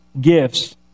gifts